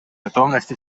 готовность